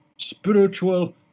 spiritual